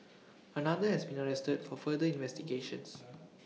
another has been arrested for further investigations